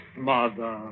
mother